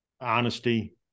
honesty